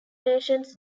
nations